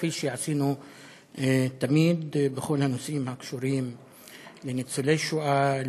כפי שעשינו תמיד בכל הנושאים הקשורים לניצולי שואה,